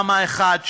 תמ"א 1,